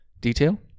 Detail